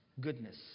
goodness